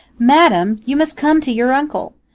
madam, you must come to your uncle.